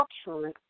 Structure